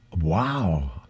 Wow